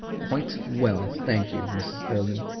quite well, thank you, mrs. erlynne.